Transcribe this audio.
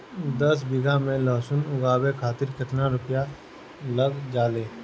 दस बीघा में लहसुन उगावे खातिर केतना रुपया लग जाले?